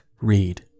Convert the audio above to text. read